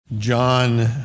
John